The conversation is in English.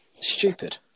stupid